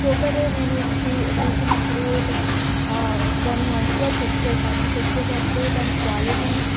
choker నేను తీ తీసినప్పుడు ఒక దాన్ని మంచిగా చెక్ చేశాను చెక్ చేసేప్పుడు దాని క్వాలిటీ